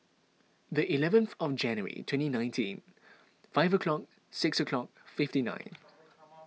the eleventh of January twenty nineteen five o'clock six o'clock fifty nine